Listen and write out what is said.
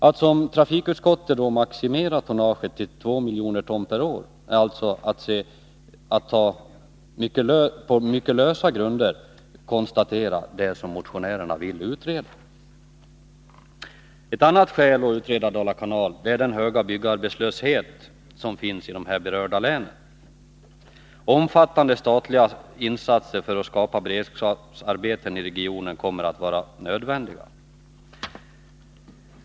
Att som trafikutskottet maximera tonnaget till 2 miljoner ton per år är alltså att på mycket lösa grunder konstatera det som motionärerna vill utreda. Ett annat skäl att utreda Dala kanal är den höga byggarbetslösheten i de berörda länen. Omfattande statliga insatser för att skapa beredskapsarbeten i regionen kommer att vara nödvändiga.